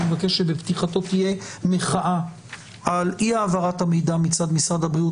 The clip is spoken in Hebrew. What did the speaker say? אני מבקש שבפתיחתו תהיה מחאה על אי העברת המידע מצד משרד הבריאות